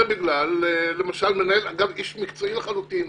למשל מנהל אגף איש מקצועי לחלוטין,